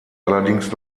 allerdings